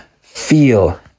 feel